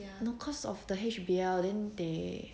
because of the H_B_L then they